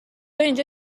اینجا